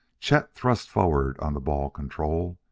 chet thrust forward on the ball-control,